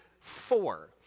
four